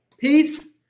peace